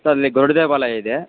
sir ಇಲ್ಲಿ ಗರುಡ ದೇವಾಲಯ ಇದೆ